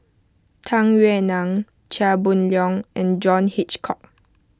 Tung Yue Nang Chia Boon Leong and John Hitchcock